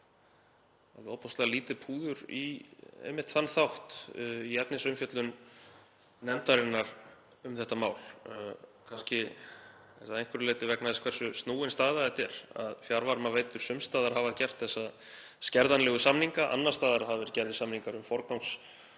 alveg ofboðslega lítið púður í einmitt þann þátt í efnisumfjöllun nefndarinnar um þetta mál, kannski að einhverju leyti vegna þess hversu snúin staða þetta er, að fjarvarmaveitur sums staðar hafa gert þessa skerðanlegu samninga. Annars staðar hafa verið gerðir samningar um forgangsorku.